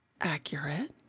accurate